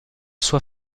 sua